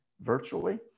virtually